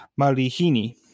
Marihini